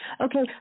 okay